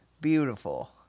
beautiful